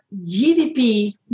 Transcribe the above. GDP